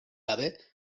gabe